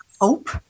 hope